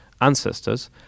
ancestors